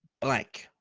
blank,